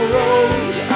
road